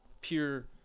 pure